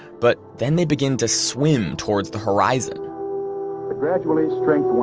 but then they begin to swim towards the horizon but gradually strength wanes,